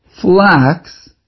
flax